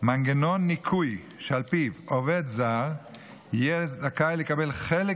מנגנון ניכוי שעל פיו עובד זר יהיה זכאי לקבל חלק